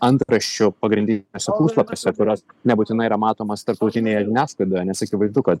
antraščių pagrindiniuose puslapiuose kurios nebūtinai yra matomos tarptautinėje žiniasklaidoje nes akivaizdu kad